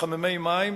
מחממי מים,